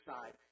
side